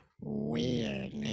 weird